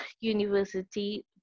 university